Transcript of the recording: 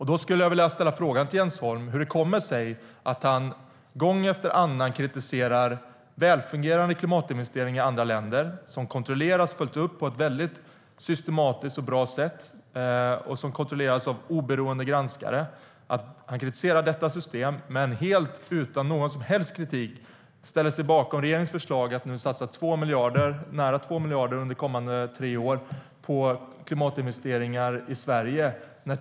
Hur kommer det sig att Jens Holm gång efter annan kritiserar andra länders välfungerande klimatinvesteringar, som kontrolleras och följs upp på ett systematiskt och bra sätt av oberoende granskare, men helt utan kritik ställer sig bakom regeringens förslag att satsa nästan 2 miljarder under kommande tre år på klimatinvesteringar i Sverige?